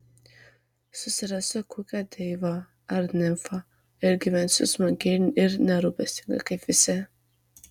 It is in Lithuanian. susirasiu kokią deivę ar nimfą ir gyvensiu smagiai ir nerūpestingai kaip visi